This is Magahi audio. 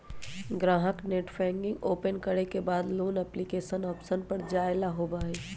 ग्राहक नेटबैंकिंग ओपन करे के बाद लोन एप्लीकेशन ऑप्शन पर जाय ला होबा हई